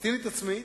פלסטינית עצמאית.